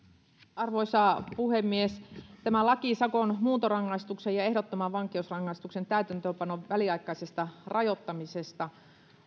arvoisa puhemies tämä laki sakon muuntorangaistuksen ja ehdottoman vankeusrangaistuksen täytäntöönpanon väliaikaisesta rajoittamisesta